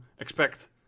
expect